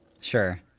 Sure